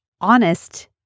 honest